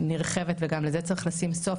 נרחבת למשל וגם לזה צריך לשים סטופ,